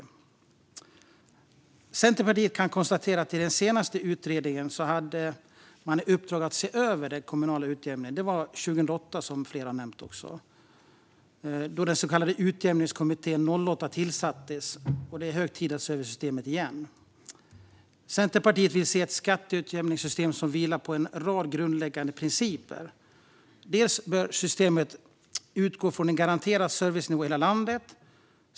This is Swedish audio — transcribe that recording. Centerpartiet kan konstatera att den senaste utredningen hade i uppdrag att se över den kommunala utjämningen. Det var 2008, som flera har nämnt, då den så kallade Utjämningskommittén.08 tillsattes. Det är hög tid att se över systemet igen. Centerpartiet vill se ett skatteutjämningssystem som vilar på en rad grundläggande principer. Systemet bör utgå från en garanterad servicenivå i hela landet.